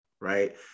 right